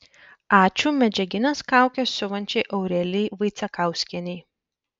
ačiū medžiagines kaukes siuvančiai aurelijai vaicekauskienei